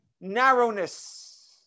narrowness